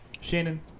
Shannon